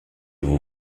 vous